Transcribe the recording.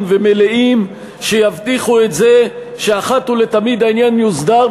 ומלאים שיבטיחו את זה שאחת ולתמיד העניין יוסדר,